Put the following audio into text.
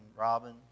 Robin